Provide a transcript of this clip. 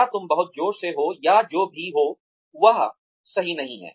या तुम बहुत जोर से हो या जो भी हो वह सही नहीं है